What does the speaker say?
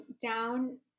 down